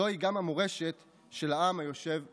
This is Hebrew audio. זוהי גם המורשת של העם היושב בציון.